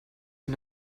von